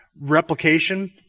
replication